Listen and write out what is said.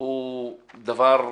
הוא דבר מחריד.